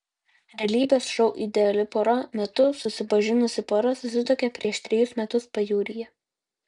realybės šou ideali pora metu susipažinusi pora susituokė prieš trejus metus pajūryje